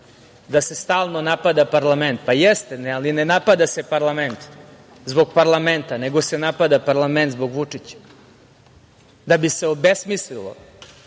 da se stalno napada parlament. Pa, jeste, ali ne napada se parlament zbog parlamenta, nego se napada parlament zbog Vučića, da bi se obesmislilo,